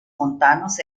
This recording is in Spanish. montanos